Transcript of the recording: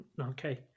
Okay